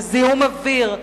בזיהום אוויר,